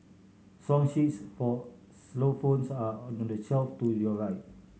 song sheets for xylophones are on the shelf to your right